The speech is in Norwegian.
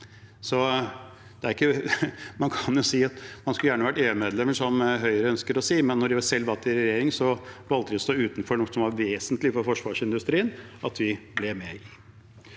kan kanskje si at man gjerne skulle vært EU-medlem, som Høyre ønsker å si, men da de selv satt i regjering, valgte de å stå utenfor noe som var vesentlig for forsvarsindustrien at vi ble med i.